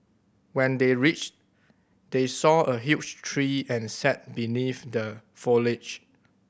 when they reached they saw a huge tree and sat beneath the foliage